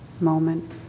moment